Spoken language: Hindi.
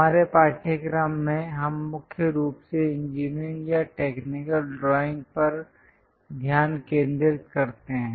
हमारे पाठ्यक्रम में हम मुख्य रूप से इंजीनियरिंग या टेक्निकल ड्राइंग पर ध्यान केंद्रित करते हैं